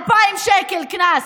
2,000 שקל קנס.